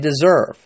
deserve